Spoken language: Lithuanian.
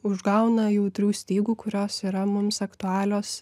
užgauna jautrių stygų kurios yra mums aktualios